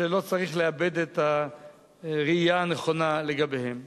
שלא צריך לאבד את הראייה הנכונה לגביהם.